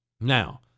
now